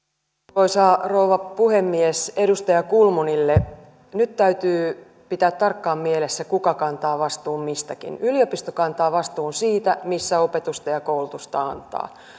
arvoisa rouva puhemies edustaja kulmunille nyt täytyy pitää tarkkaan mielessä kuka kantaa vastuun mistäkin yliopisto kantaa vastuun siitä missä opetusta ja koulutusta antaa